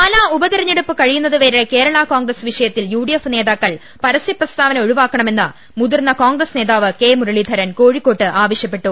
പാലാ ഉപതെരഞ്ഞെടുപ്പ് കഴിയുന്നത് വരെ കേരളാ കോൺഗ്രസ് വിഷയത്തിൽ യുഡിഎഫ് നേതാക്കൾ പരസ്യപ്രസ്താ വന ഒഴിവാക്കണമെന്ന് മുതിർന്ന കോൺഗ്രസ് നേതാവ് കെ മുര ളീധരൻ കോഴിക്കോട്ട് ആവശ്യപ്പെട്ടു